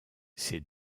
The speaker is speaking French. ces